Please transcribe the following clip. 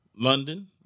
London